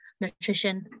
nutrition